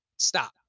Stop